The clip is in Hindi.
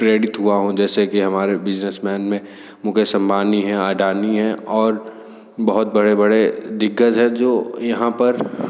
प्रेरित हुआ हूँ जैसे कि हमारे बिज़नेस मैन में मुकेश अंबानी हैं अडानी हैं और बहुत बड़े बड़े दिग्गज है जो यहाँ पर